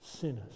sinners